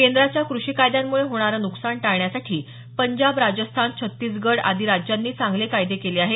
केंद्राच्या क्रषी कायद्यांमुळे होणारं न्कसान टाळण्यासाठी पंजाब राजस्थान छत्तीसगड आदी राज्यांनी चांगले कायदे केले आहेत